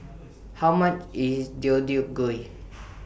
How much IS Deodeok Gui